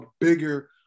bigger